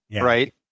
right